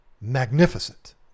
magnificent